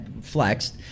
flexed